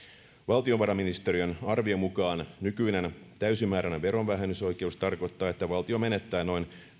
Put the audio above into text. valtiovarainministeriön arvion mukaan nykyinen täysimääräinen verovähennysoikeus tarkoittaa että valtio menettää noin